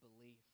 belief